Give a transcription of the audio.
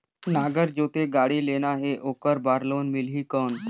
नागर जोते गाड़ी लेना हे ओकर बार लोन मिलही कौन?